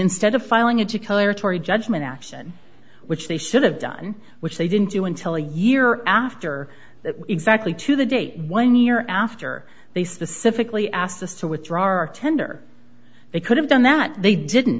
tory judgment action which they should have done which they didn't do until a year after that exactly to the date one year after they specifically asked us to withdraw our tender they could have done that they didn't